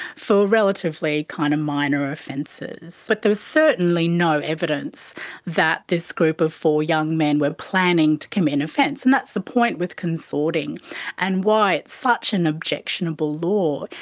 for relatively kind of minor offences. but there was certainly no evidence that this group of four young men were planning to commit an offence. and that's the point with consorting and why it's such an objectionable law.